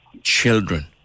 children